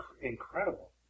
incredible